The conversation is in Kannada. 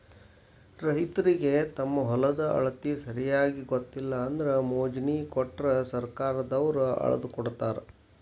ರೈತರಿಗೆ ತಮ್ಮ ಹೊಲದ ಅಳತಿ ಸರಿಯಾಗಿ ಗೊತ್ತಿಲ್ಲ ಅಂದ್ರ ಮೊಜ್ನಿ ಕೊಟ್ರ ಸರ್ಕಾರದವ್ರ ಅಳ್ದಕೊಡತಾರ